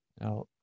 Now